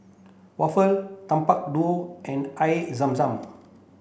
Waffle Tapak Kuda and Air Zam Zam